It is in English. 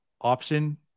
Option